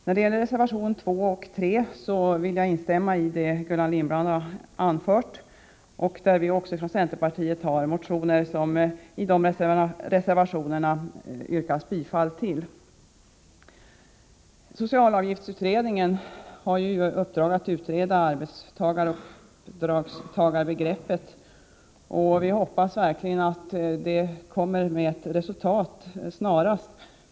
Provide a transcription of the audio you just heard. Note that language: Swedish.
När det gäller reservationerna 2 och 3 vill jag instämma i det som Gullan Lindblad har anfört. I dessa reservationer yrkas också bifall till motioner från centerpartiet. Socialavgiftsutredningen har i uppdrag att utreda arbetstagarbegreppet och uppdragstagarbegreppet, och vi hoppas verkligen att den kommer med ett resultat snarast.